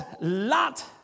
Lot